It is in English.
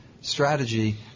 strategy